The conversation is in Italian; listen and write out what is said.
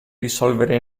risolvere